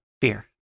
beer